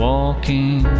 Walking